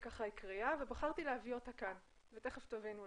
הקריאה ובחרתי להביא אותה כאן ותיכף תבינו למה.